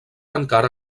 encara